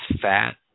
fat